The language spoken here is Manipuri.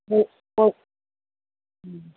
ꯍꯣꯏ ꯍꯣꯏ ꯎꯝ